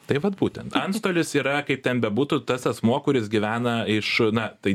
taip vat būtent antstolis yra kaip ten bebūtų tas asmuo kuris gyvena iš na tai